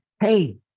Hey